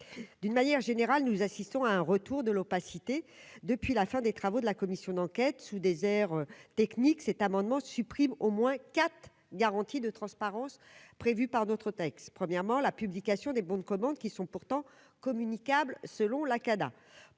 d'une manière générale, nous assistons à un retour de l'opacité, depuis la fin des travaux de la commission d'enquête sous des airs technique cet amendement supprime au moins quatre garanties de transparence prévue par d'autres textes, premièrement, la publication des bons de commande qui sont pourtant communicable selon la Cada